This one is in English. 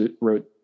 wrote